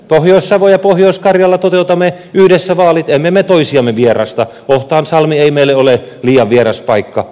pohjois savo ja pohjois karjala toteutamme yhdessä vaalit emme me toisiamme vierasta ohtaansalmi ei meille ole liian vieras paikka